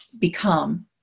become